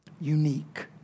unique